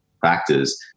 factors